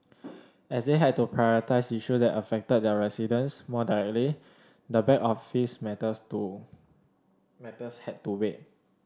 as they had to prioritise issue that affected their residents more directly the back office matters do matters had to wait